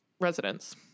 residents